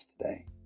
today